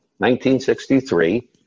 1963